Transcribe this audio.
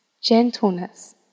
gentleness